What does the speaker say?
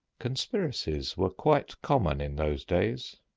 conspiracies were quite common in those days,